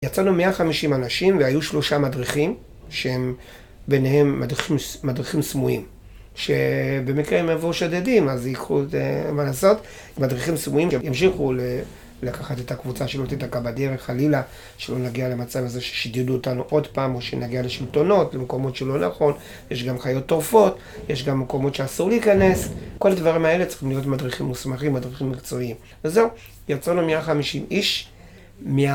יצאנו 150 אנשים והיו שלושה מדריכים שהם ביניהם מדריכים סמויים שבמקרה אם יבואו שודדים אז יקחו, אין מה לעשות, מדריכים סמויים שימשיכו לקחת את הקבוצה שלא תיתקע בדרך חלילה שלא נגיע למצב הזה שישדדו אותנו עוד פעם או שנגיע לשלטונות למקומות שלא נכון יש גם חיות טורפות יש גם מקומות שאסור להיכנס כל הדברים מהאלה צריכים להיות מדריכים מוסמכים מדריכים מקצועיים וזהו יצאנו 150 איש